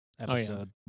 episode